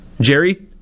Jerry